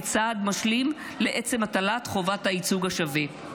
כצעד משלים לעצם הטלת חובת הייצוג השווה.